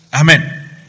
Amen